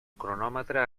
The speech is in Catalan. cronòmetre